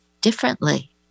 differently